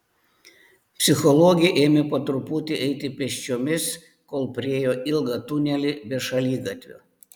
psichologė ėmė po truputį eiti pėsčiomis kol priėjo ilgą tunelį be šaligatvio